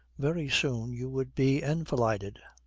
very soon you would be enfilided.